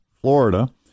Florida